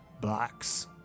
box